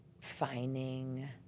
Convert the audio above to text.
finding